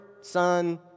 Son